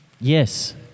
Yes